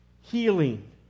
healing